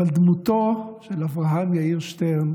אבל דמותו של אברהם יאיר שטרן